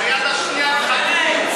ביד השנייה הם חתמו,